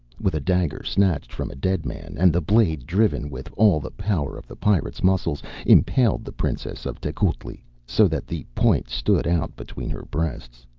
with a dagger snatched from a dead man, and the blade, driven with all the power of the pirate's muscles, impaled the princess of tecuhltli so that the point stood out between her breasts.